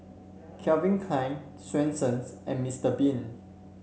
Calvin Klein Swensens and Mister Bean